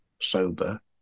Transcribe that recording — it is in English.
sober